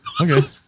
okay